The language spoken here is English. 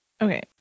Okay